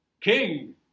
King